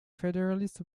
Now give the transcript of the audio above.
federalist